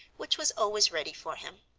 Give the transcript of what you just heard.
which was always ready for him.